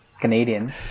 Canadian